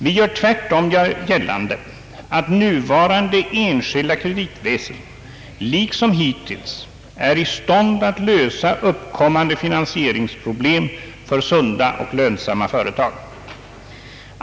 Vi gör tvärtom gällande att nuvarande enskilda kreditväsen liksom hittills är i stånd att lösa uppkommande finansieringsproblem för sunda och lönsamma företag.